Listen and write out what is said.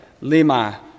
lima